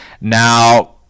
now